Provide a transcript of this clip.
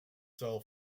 sell